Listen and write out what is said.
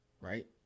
right